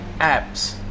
apps